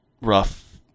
rough